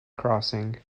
crossing